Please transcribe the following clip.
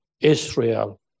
Israel